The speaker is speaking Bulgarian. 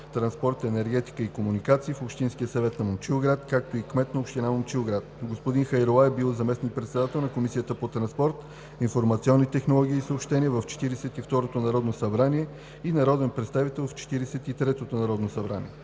транспорт, енергетика и комуникации“ в Общинския съвет на Момчилград, както и кмет на община Момчилград. Господин Хайрула е бил заместник-председател на Комисията по транспорт, информационни технологии и съобщения в Четиридесет и второто народно събрание и народен представител в Четиридесет и третото народно събрание.